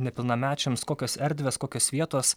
nepilnamečiams kokios erdvės kokios vietos